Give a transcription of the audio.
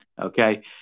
okay